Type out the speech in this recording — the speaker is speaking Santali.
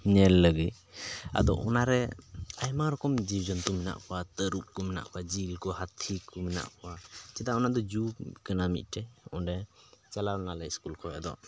ᱧᱮᱞ ᱞᱟᱹᱜᱤᱫ ᱟᱫᱚ ᱚᱱᱟ ᱨᱮ ᱟᱭᱢᱟ ᱨᱚᱠᱚᱢ ᱡᱤᱵᱽ ᱡᱚᱱᱛᱩ ᱢᱮᱱᱟᱜ ᱠᱚᱣᱟ ᱛᱟᱹᱨᱩᱵᱽ ᱠᱚ ᱡᱤᱞ ᱠᱚ ᱦᱟᱹᱛᱤ ᱠᱚ ᱢᱮᱱᱟᱜ ᱠᱚᱣᱟ ᱪᱮᱫᱟᱜ ᱚᱱᱟ ᱫᱚ ᱡᱩ ᱠᱟᱱᱟ ᱢᱤᱫᱴᱮᱡ ᱚᱸᱰᱮ ᱪᱟᱞᱟᱣ ᱞᱮᱱᱟ ᱞᱮ ᱥᱠᱩᱞ ᱠᱷᱚᱡ ᱟᱫᱚ